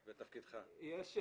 למה את חושבת כך?